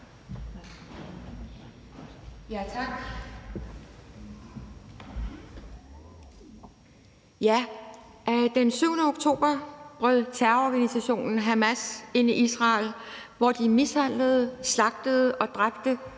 Tak. Den 7. oktober 2023 brød terrororganisationen Hamas ind i Israel, hvor de mishandlede, slagtede og dræbte